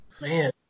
Man